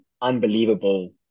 Unbelievable